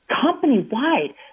company-wide